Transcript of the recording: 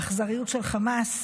באכזריות של חמאס.